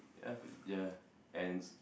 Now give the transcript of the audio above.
ya and s~